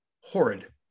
Horrid